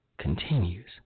Continues